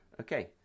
Okay